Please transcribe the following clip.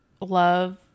love